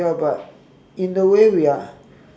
ya but in a way we are